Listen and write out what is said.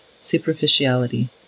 superficiality